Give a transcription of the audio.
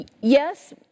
Yes